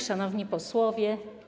Szanowni Posłowie!